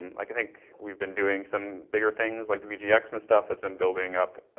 like i think we've been doing some bigger things, like vgx and stuff that's been building up,